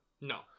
No